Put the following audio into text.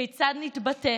כיצד נתבטא